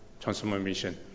transformation